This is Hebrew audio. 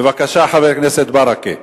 בבקשה, חבר הכנסת ברכה.